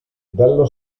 dallo